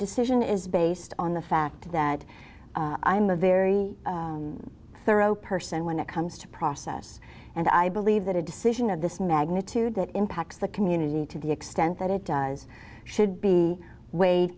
decision is based on the fact that i'm a very thorough person when it comes to process and i believe that a decision of this magnitude that impacts the community to the extent that it does should be weighed